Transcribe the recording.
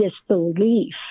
disbelief